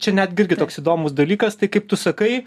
čia netgi irgi toks įdomus dalykas tai kaip tu sakai